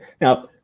Now